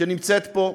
שנמצאת פה,